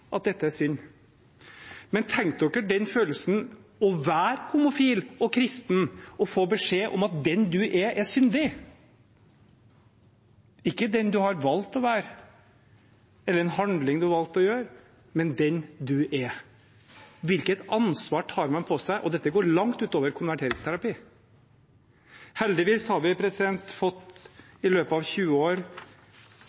at dette er synd. Men tenk dere den følelsen av å være homofil og kristen og få beskjed om at den man er, er syndig – ikke den man har valgt å være, eller en handling man har valgt å gjøre, men den man er. Hvilket ansvar man tar på seg! Dette går langt ut over konverteringsterapi. Heldigvis har vi, i løpet av 20 år, fått